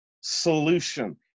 solution